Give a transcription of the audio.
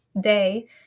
day